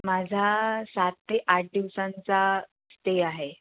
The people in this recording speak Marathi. माझा सात ते आठ दिवसांचा स्टे आहे